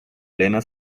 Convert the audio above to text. elena